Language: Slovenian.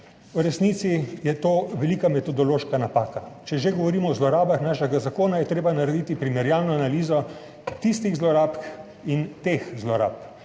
V resnici je to velika metodološka napaka. Če že govorimo o zlorabah našega zakona, je treba narediti primerjalno analizo tistih zlorab in teh zlorab